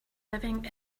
living